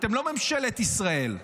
אתם לא ממשלת ישראל.